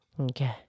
Okay